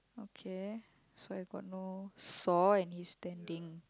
okay so I got no saw and he's standing